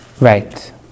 Right